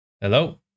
hello